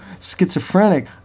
schizophrenic